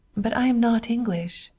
but i am not english,